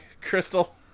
Crystal